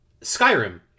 Skyrim